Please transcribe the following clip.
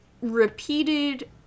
repeated